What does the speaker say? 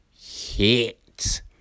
hit